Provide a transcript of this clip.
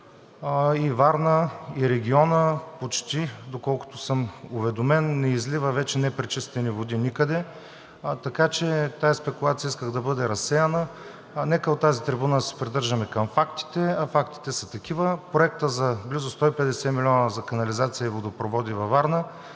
и Варна, и регионът почти, доколкото съм уведомен, не излива вече непречистени води никъде. Така че тази спекулация исках да бъде разсеяна. Нека от тази трибуна да се придържаме към фактите, а фактите са такива. Проектът за близо 150 милиона за канализация и водопроводи във Варна